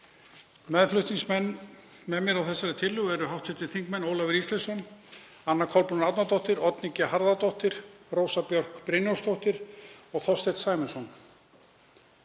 Meðflutningsmenn með mér á þessari tillögu eru hv. þingmenn Ólafur Ísleifsson, Anna Kolbrún Árnadóttir, Oddný G. Harðardóttir, Rósa Björk Brynjólfsdóttir og Þorsteinn Sæmundsson.